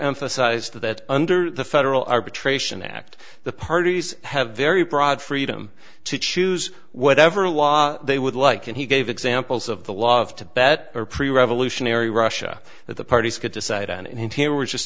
emphasized that under the federal arbitration act the parties have very broad freedom to choose whatever law they would like and he gave examples of the law of tibet or pre revolutionary russia that the parties could decide on and here we're just